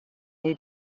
new